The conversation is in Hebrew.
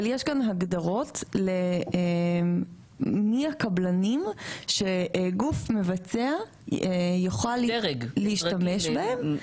אבל יש כאן הגדרות מי הקבלנים שהגוף המבצע יוכל להשתמש בהם.